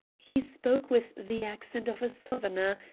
he spoke with the accent of a southerner,